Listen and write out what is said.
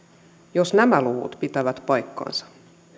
jos nämä luvut pitävät paikkansa